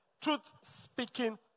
truth-speaking